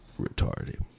retarded